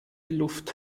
luft